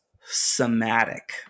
somatic